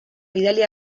bidali